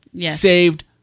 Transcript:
saved